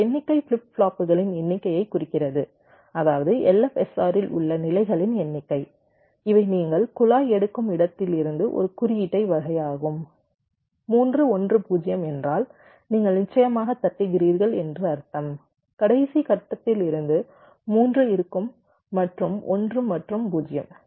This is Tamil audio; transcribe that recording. இந்த எண்ணிக்கை ஃபிளிப் ஃப்ளாப்புகளின் எண்ணிக்கையைக் குறிக்கிறது அதாவது LFSRல் உள்ள நிலைகளின் எண்ணிக்கை இவை நீங்கள் குழாய் எடுக்கும் இடத்திலிருந்து ஒரு குறியீட்டு வகையாகும் 3 1 0 என்றால் நீங்கள் நிச்சயமாக தட்டுகிறீர்கள் என்று அர்த்தம் கடைசி கட்டத்திலிருந்து 3 இருக்கும் மற்றும் 1 மற்றும் 0